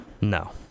No